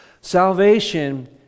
Salvation